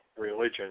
religion